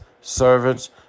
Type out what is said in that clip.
servants